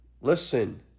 Listen